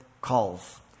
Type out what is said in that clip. calls